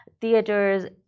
theaters